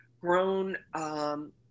grown